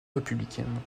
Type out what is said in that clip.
républicaine